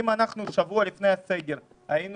אמרו לנו ששבוע לפני הסגר היו